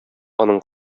аның